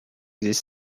this